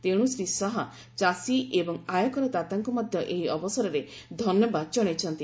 ତେଣୁ ଶ୍ରୀ ଶାହା ଚାଷୀ ଏବଂ ଆୟକରଦାତାଙ୍କୁ ମଧ୍ୟ ଏହି ଅବସରରେ ଧନ୍ୟବାଦ ଜଣାଇଛନ୍ତି